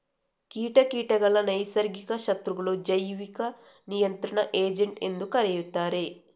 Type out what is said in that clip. ಕೀಟ ಕೀಟಗಳ ನೈಸರ್ಗಿಕ ಶತ್ರುಗಳು, ಜೈವಿಕ ನಿಯಂತ್ರಣ ಏಜೆಂಟ್ ಎಂದೂ ಕರೆಯುತ್ತಾರೆ